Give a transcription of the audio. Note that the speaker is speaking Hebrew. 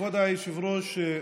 כבוד היושב-ראש,